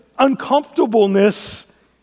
uncomfortableness